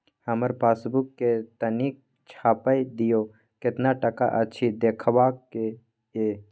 हमर पासबुक के तनिक छाय्प दियो, केतना टका अछि देखबाक ये?